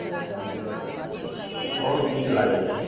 बहुत नीक लागै छै